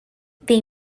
they